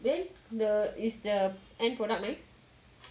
then the is the end product nice